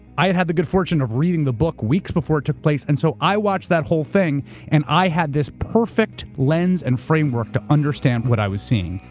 i had had the good fortune of reading the book weeks before it took place, and so i watched that whole thing and i had this perfect lens and framework to understand what i was seeing.